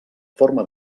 forma